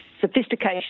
sophistication